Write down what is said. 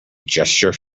gesture